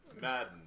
Madden